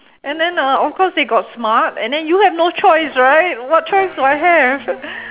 and then uh of course it got smart and then you have no choice right what choice do I have